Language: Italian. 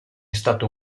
stato